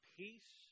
peace